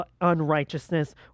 unrighteousness